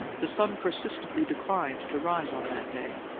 the sun persistently declined to rise on that day,